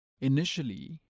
initially